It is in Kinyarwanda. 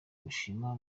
gushima